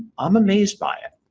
i'm amazed by it.